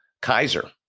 Kaiser